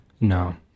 No